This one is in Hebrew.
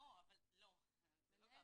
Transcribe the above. מאוד הגיוני,